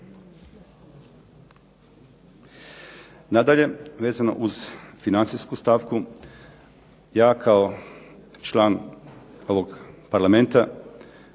Nadalje, vezano uz financijsku stavku, ja kao član ovog Parlamenta